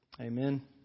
Amen